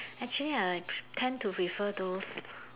actually I tend to refer those